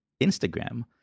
Instagram